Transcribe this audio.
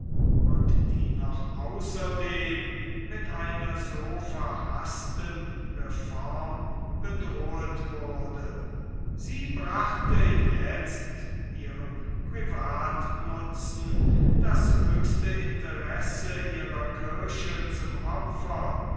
und die noch außerdem mit einer so verhaßten reform bedroht wurde sie brachte jetzt ihrem privatnutzen das höchste interesse ihrer kirche zum opfer